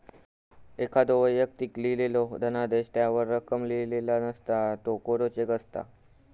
एखाद्दो व्यक्तीक लिहिलेलो धनादेश त्यावर रक्कम लिहिलेला नसता, त्यो कोरो चेक असता